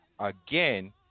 again